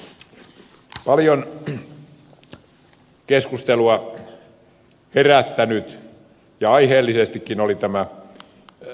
paljon keskustelua herättänyt asia ja aiheellisestikin olivat nämä jätevedenpuhdistamot